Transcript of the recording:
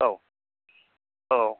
औ औ